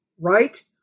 Right